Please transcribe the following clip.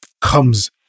comes